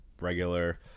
regular